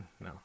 no